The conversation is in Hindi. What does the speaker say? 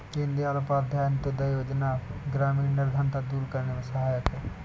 दीनदयाल उपाध्याय अंतोदय योजना ग्रामीण निर्धनता दूर करने में सहायक है